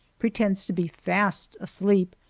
pretends to be fast asleep,